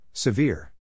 Severe